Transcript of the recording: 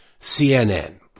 CNN